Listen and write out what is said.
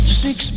six